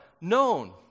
known